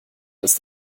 ist